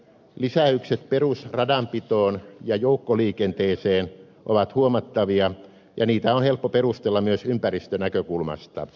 lisäykset perusradanpitoon ja joukkoliikenteeseen ovat huomattavia ja niitä on helppo perustella myös ympäristönäkökulmasta